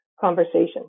conversation